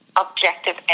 objective